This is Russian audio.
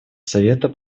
совета